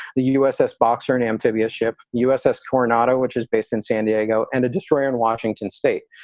the uss boxer, an amphibious ship, uss coronado, which is based in san diego and a destroyer in washington state.